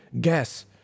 gas